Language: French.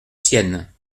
sienne